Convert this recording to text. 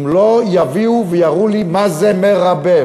אם לא יביאו ויראו לי מה זה מרבב.